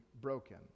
broken